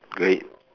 great